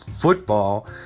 football